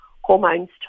hormones